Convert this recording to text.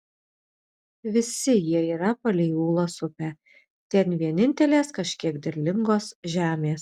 visi jie yra palei ūlos upę ten vienintelės kažkiek derlingos žemės